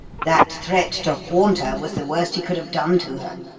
that threat to haunt her was the worst he could have done to her.